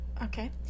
Okay